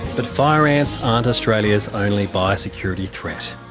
but fire ants aren't australia's only biosecurity threat.